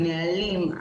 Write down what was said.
הנהלים,